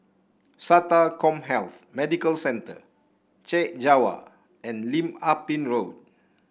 SATA CommHealth Medical Centre Chek Jawa and Lim Ah Pin Road